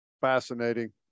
fascinating